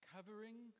Covering